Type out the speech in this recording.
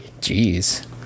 Jeez